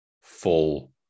full